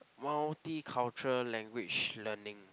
multi cultural language learning